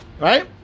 right